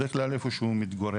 בדרך כלל איפה שהוא מתגורר,